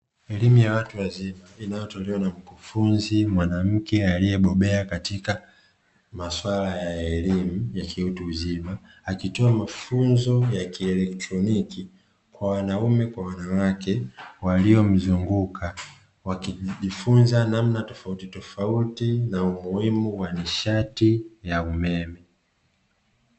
Elimu ya watu wazima inayotolewa na mkufunzi mwanamke aliyebobea katika maswala ya elimu ya kiutu uzima. Akitoa mafunzo ya kielektroniki kwa wanaume kwa wanawake waliyomzunguka wakijifunza namna tofautitofauti na umuhimu wa nishati ya umeme.